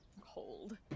cold